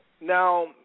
now